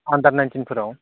आन्दार नाइनटिनफोराव